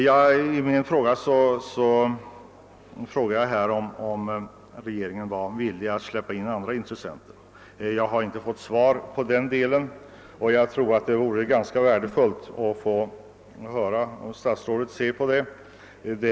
Jag frågade om regeringen var villig att släppa in andra intressenter i denna verksamhet. Jag har inte fått något svar på den frågan, men jag tror att det vore värdefullt att få höra hur statsrådet ser på den saken.